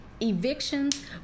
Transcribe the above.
evictions